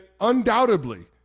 undoubtedly